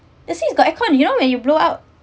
the seats got aircon you know when you blow out